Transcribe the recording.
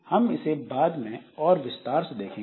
हम इसे बाद में और विस्तार से देखेंगे